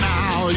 Now